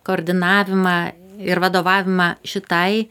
koordinavimą ir vadovavimą šitai